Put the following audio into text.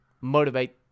motivate